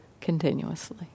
continuously